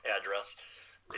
address